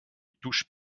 touche